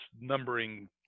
numbering